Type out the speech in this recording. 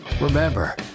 Remember